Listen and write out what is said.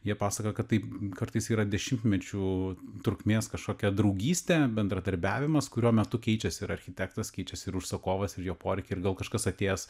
jie pasakojo kad taip kartais yra dešimtmečių trukmės kažkokia draugystė bendradarbiavimas kurio metu keičiasi ir architektas keičiasi ir užsakovas ir jo poreikiai ir gal kažkas atėjęs